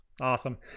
Awesome